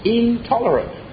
intolerant